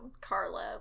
Carla